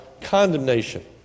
condemnation